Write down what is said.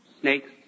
snakes